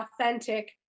authentic